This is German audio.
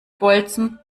bolzen